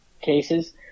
cases